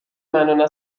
منو، نه